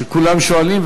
שכולם שואלים,